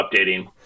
updating